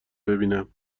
ببینم